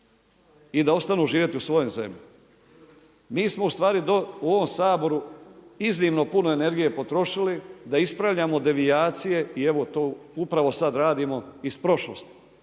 i da ostanu živjeti u svojoj zemlji. Mi smo ustvari u ovom Saboru, iznimno puno energije potrošili da ispravljamo devijacije i evo to upravo sad radimo iz prošlosti.